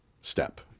step